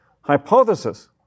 hypothesis